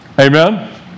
Amen